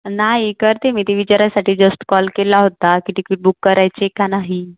नाही करते मी ते विचारण्यासाठी जस्ट कॉल केला होता की टिकिट बूक करायचे का नाही